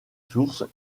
sources